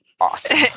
Awesome